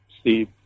Steve